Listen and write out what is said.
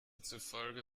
zufolge